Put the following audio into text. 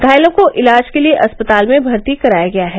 घायलों को इलाज के लिये अस्पताल में भर्ती कराया गया है